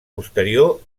posterior